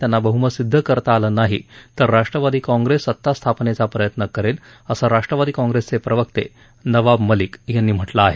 त्यांना बहुमत सिद्ध करता आलं नाही तर राष्ट्रवादी काँग्रेस सत्ता स्थापनेचा प्रयत्न करेल असं राष्ट्रवादी काँग्रेसचे प्रवक्ते नवाब मलिक यांनी म्हटलं आहे